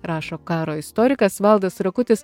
rašo karo istorikas valdas rakutis